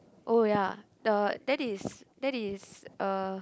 oh ya the that is that is uh